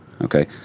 Okay